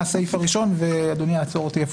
אני פשוט ארוץ מהסעיף הראשון ואדוני יעצור אותי.